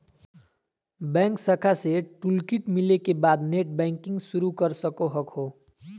bank शाखा से toolkit मिले के बाद नेटबैंकिंग शुरू कर सको हखो